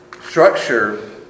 Structure